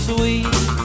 Sweet